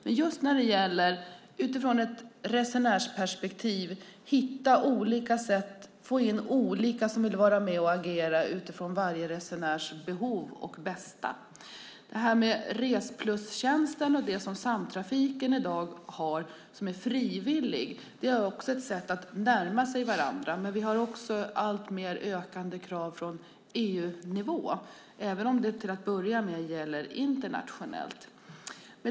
Men just när det gäller att i ett resenärsperspektiv hitta olika sätt, att få in olika som vill vara med och agera utifrån varje resenärs behov och bästa, är Resplustjänsten och det som Samtrafiken i dag har och som är frivilligt också ett sätt att närma sig varandra. Vi har även alltmer ökande krav från EU-nivån, även om det till att börja med gäller internationellt.